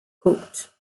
cooked